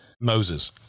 Moses